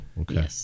okay